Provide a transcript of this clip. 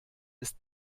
ist